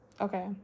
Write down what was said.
okay